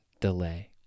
delay